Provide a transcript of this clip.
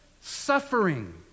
suffering